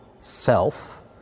self